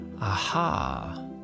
aha